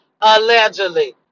allegedly